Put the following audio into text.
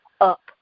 up